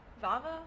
Vava